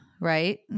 right